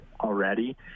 already